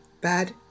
bad